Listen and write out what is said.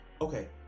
Okay